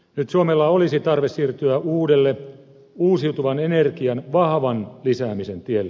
nyt suomella olisi tarve siirtyä uudelle uusiutuvan energian vahvan lisäämisen tielle